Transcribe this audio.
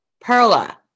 Perla